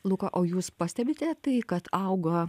luka o jūs pastebite tai kad auga